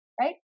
right